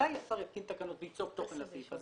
מתי השר יתקין תקנות וייצור תוכן לסעיף הזה?